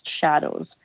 shadows